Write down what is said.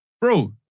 bro